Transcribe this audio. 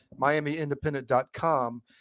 miamiindependent.com